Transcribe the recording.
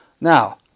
Now